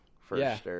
first